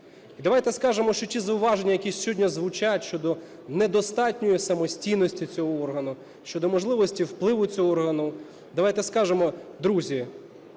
І давайте скажемо, що ті зауваження, які сьогодні звучать щодо недостатньої самостійності цього органу, щодо можливості впливу цього органу, давайте скажемо, друзі,